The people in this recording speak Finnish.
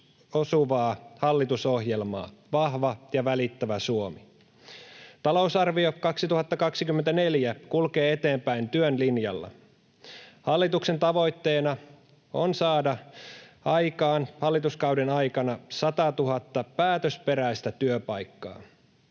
osuvaa hallitusohjelmaa ”Vahva ja välittävä Suomi”. Talousarvio 2024 kulkee eteenpäin työn linjalla. Hallituksen tavoitteena on saada aikaan hallituskauden aikana 100 000 päätösperäistä työpaikkaa.